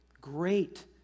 great